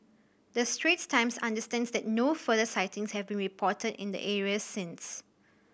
the Straits Times understands that no further sightings have been reported in the areas since